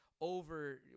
over –